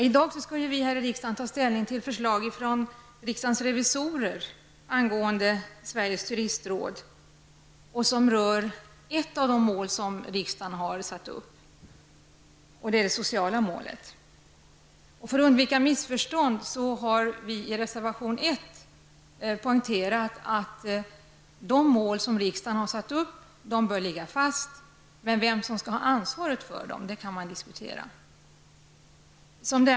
I dag skulle vi här i riksdagen ta ställning till förslag från riksdagens revisorer angående Sveriges turistråd som rör ett av de mål som riksdagen har satt upp, det sociala målet. För att undvika missförstånd har vi i reservation nr 1 poängterat att de mål som riksdagen har satt upp bör ligga fast. Däremot kan man diskutera vem som skall ha ansvaret för dem.